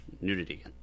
nudity